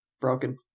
Broken